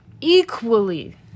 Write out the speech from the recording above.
equally